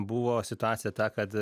buvo situacija ta kad